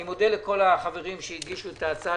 אני מודה לכל החברים שהגישו את ההצעה,